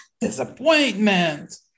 disappointment